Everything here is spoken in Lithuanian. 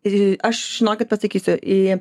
ir aš žinokit pasakysiu į